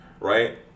right